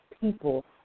people